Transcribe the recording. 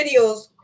videos